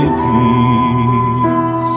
peace